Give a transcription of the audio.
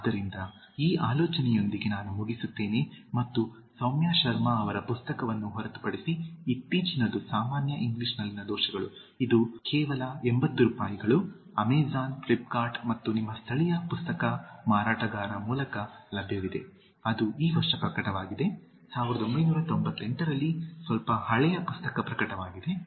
ಆದ್ದರಿಂದ ಈ ಆಲೋಚನೆಯೊಂದಿಗೆ ನಾನು ಮುಗಿಸುತ್ತೇನೆ ಮತ್ತು ಸೌಮ್ಯಾ ಶರ್ಮಾ ಅವರ ಪುಸ್ತಕವನ್ನು ಹೊರತುಪಡಿಸಿ ಇತ್ತೀಚಿನದು ಸಾಮಾನ್ಯ ಇಂಗ್ಲಿಷ್ನಲ್ಲಿನ ದೋಷಗಳು ಇದು ಕೇವಲ ಎಂಭತ್ತು ರೂಪಾಯಿಗಳು ಅಮೆಜಾನ್ ಫ್ಲಿಪ್ಕಾರ್ಟ್ ಮತ್ತು ನಿಮ್ಮ ಸ್ಥಳೀಯ ಪುಸ್ತಕ ಮಾರಾಟಗಾರ ಮೂಲಕ ಲಭ್ಯವಿದೆ ಅದು ಈ ವರ್ಷ ಪ್ರಕಟವಾಗಿದೆ 1998 ರಲ್ಲಿ ಸ್ವಲ್ಪ ಹಳೆಯ ಪುಸ್ತಕ ಪ್ರಕಟವಾಗಿದೆ